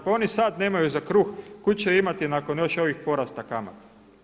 Pa oni sada nemaju za kruh, kud će imati nakon još ovih porasta kamata.